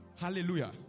Hallelujah